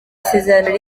isezerano